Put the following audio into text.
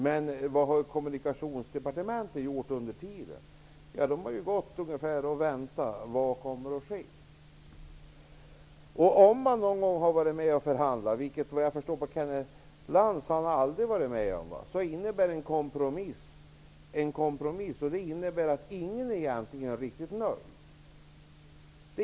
Men vad har Kommunikationsdepartementet gjort under tiden? På Kommunikationsdepartementet har man gått och väntat för att se vad som kommer att ske. Om man någon gång har varit med och förhandlat, vilket jag förstår att Kenneth Lantz aldrig har gjort, vet man att en kompromiss egentligen innebär att ingen är riktigt nöjd.